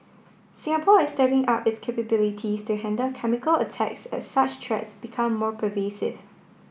Singapore is stepping up its capabilities to handle chemical attacks as such threats become more pervasive